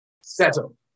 Settle